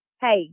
hey